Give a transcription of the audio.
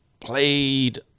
played